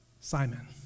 Simon